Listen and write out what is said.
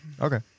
Okay